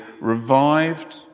revived